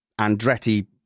Andretti